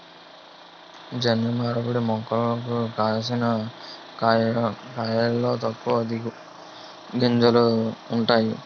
జన్యు మార్పిడి మొక్కలకు కాసిన వంకాయలలో తక్కువ గింజలు ఉంతాయి